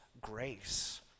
grace